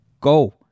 go